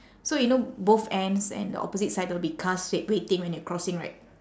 so you know both ends and the opposite side there'll be cars wait~ waiting when you crossing right